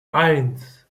eins